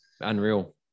unreal